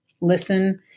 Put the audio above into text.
listen